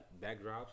backdrops